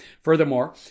Furthermore